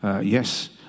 yes